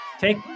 Take